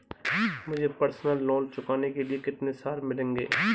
मुझे personal loan चुकाने के लिए कितने साल मिलेंगे?